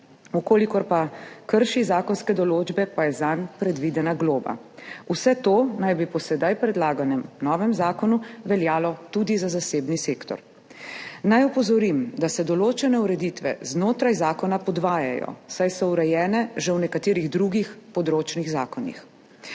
kolikor pa krši zakonske določbe, je zanj predvidena globa. Vse to naj bi po sedaj predlaganem novem zakonu veljalo tudi za zasebni sektor. Naj opozorim, da se določene ureditve znotraj zakona podvajajo, saj so urejene že v nekaterih drugih področnih zakonih,